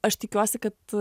aš tikiuosi kad